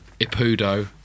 Ipudo